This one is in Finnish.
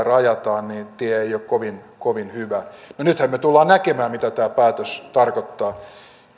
rajataan se tie ei ole kovin kovin hyvä no nythän me tulemme näkemään mitä tämä päätös tarkoittaa aiemmin